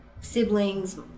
siblings